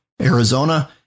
Arizona